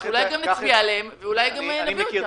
אולי גם נצביע עליהן ואולי גם נביא אותן.